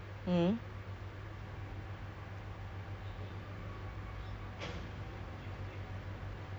the C_C members and then the C_C members said that ya a lot of people have been complaining about this guy who has been following people home